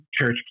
church